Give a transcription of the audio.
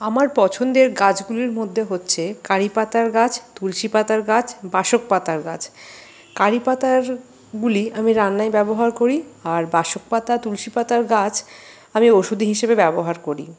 আমার পছন্দের গাছগুলির মধ্যে হচ্ছে কারি পাতার গাছ তুলসি পাতার গাছ বাসক পাতার গাছ কারি পাতাগুলি আমি রান্নায় ব্যবহার করি আর বাসক পাতা তুলসি পাতার গাছ আমি ওষুধ হিসাবে ব্যবহার করি